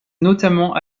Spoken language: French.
notamment